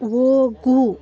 ಹೋಗು